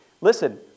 listen